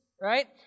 right